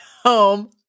home